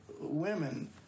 women